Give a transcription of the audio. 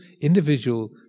individual